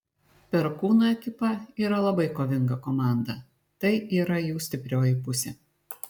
perkūno ekipa yra labai kovinga komanda tai yra jų stiprioji pusė